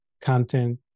content